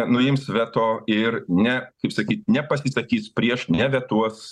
nuims veto ir ne kaip sakyt nepasisakys prieš nevetuos